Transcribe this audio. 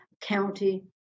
county